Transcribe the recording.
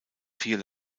vier